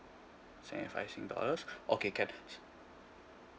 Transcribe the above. seventy five singapore dollars okay can